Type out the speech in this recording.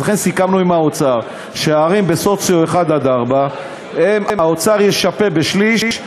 סיכמנו עם האוצר שהערים בסוציו-אקונומי 1 4 האוצר ישפה בשליש,